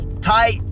tight